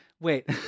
Wait